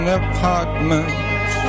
apartment